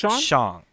Shang